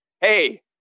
hey